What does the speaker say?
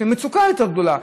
יש להם מצוקה יותר גדולה,